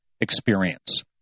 experience